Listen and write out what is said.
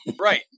Right